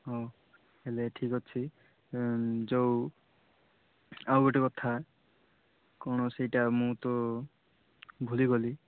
ହଁ ହେଲେ ଠିକ୍ ଅଛି ଯେଉଁ ଆଉ ଗୋଟେ କଥା କ'ଣ ସେଟା ମୁଁ ତ ଭୁଲି ଗଲି